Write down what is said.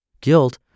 Guilt